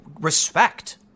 respect